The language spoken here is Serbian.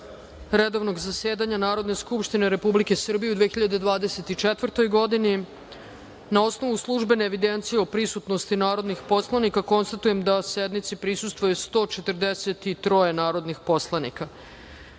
redovnog zasedanja Narodne skupštine Republike Srbije u 2024. godini. Na osnovu službene evidencije o prisutnosti narodnih poslanika, konstatujem da sednici prisustvuje 143 narodnih poslanika. Podsećam